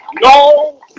No